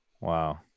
Wow